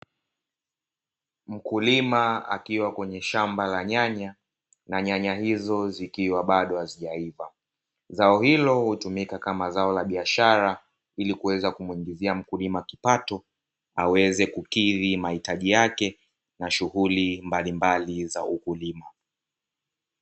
Mkulima akiwa kwenye shamba la nyanya, na nyanya hizo zikiwa bado hazijaiva. Zao hilo hutumika kama zao la biashara ili kuweza kumwingizia mkulima kipato aweze kukidhi mahitaji yake na shughuli mbalimbali za ukulima.